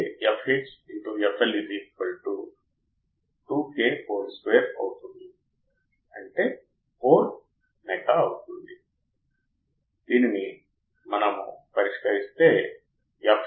మరియు దీనిని రెండు టెర్మినళ్లను కలిగి ఉన్న రెండు దూర టెర్మినళ్ల ద్వారా సర్దుబాటు చేయవచ్చు మనం దీన్ని మాన్యువల్ గా సర్దుబాటు చేయవచ్చు